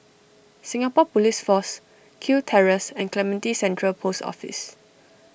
Singapore Police Force Kew Terrace and Clementi Central Post Office